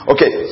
Okay